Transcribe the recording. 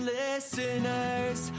listeners